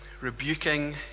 rebuking